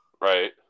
Right